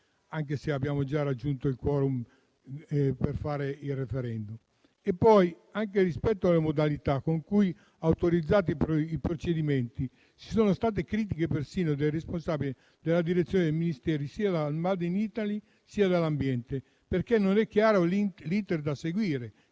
anche se abbiamo già raggiunto il *quorum* richiesto. Anche rispetto alle modalità con cui autorizzate i procedimenti, ci sono state critiche persino dai responsabili della direzione dei Ministeri sia del made in Italy, sia dell'ambiente, perché non è chiaro l'*iter* da seguire,